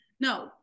no